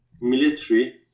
military